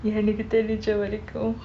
எனக்கு தெரிஞ்ச வரைக்கும்:enakku therinja varaikum